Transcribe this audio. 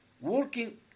Working